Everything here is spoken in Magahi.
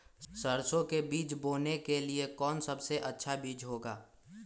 सरसो के बीज बोने के लिए कौन सबसे अच्छा बीज होगा?